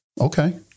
Okay